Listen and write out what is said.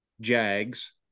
jags